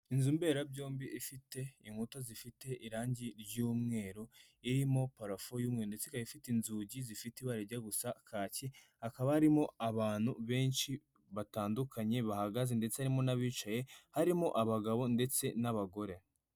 Inzu mberabyombi ifite inkuta zifite irangi ry'umweru irimo parafo y'umweru ndetse ikaba ifite inzugi zifite ibara rijya gusa kaki hakaba harimo abantu benshi batandukanye bahagaze ndetse harimo n'abicaye harimo abagabo ndetse n'abagore.